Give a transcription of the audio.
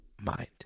mind